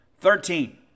thirteen